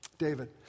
David